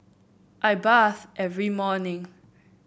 I bathe every morning